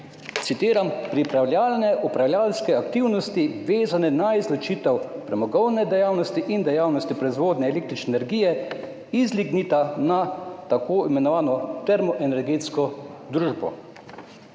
citiram: »/…/ pripravljalne upravljavske aktivnosti, vezane na morebitno izločitev premogovne dejavnosti in dejavnosti proizvodnje električne energije iz lignita na tako imenovano termoenergetsko družbo«.